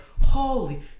Holy